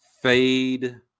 fade